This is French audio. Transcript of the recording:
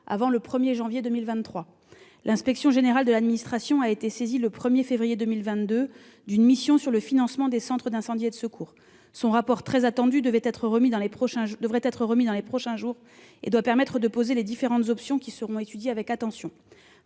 et de secours ». L'inspection générale de l'administration a été saisie, le 1 février 2022, d'une mission sur le financement des centres d'incendie et de secours. Son rapport, très attendu, devrait être remis dans les prochains jours. Il doit permettre de présenter différentes options, qui seront étudiées avec attention.